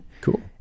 Cool